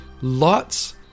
lots